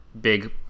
big